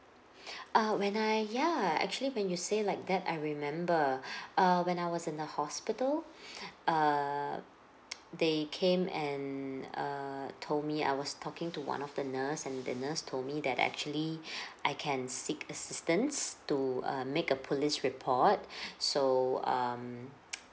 uh when I ya actually when you say like that I remember uh when I was in the hospital err they came and err told me I was talking to one of the nurse and the nurse told me that actually I can seek assistance to uh make a police report so um